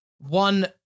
one